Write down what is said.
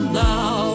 now